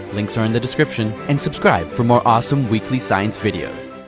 links are in the description. and subscribe for more awesome, weekly science videos.